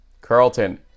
carlton